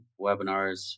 webinars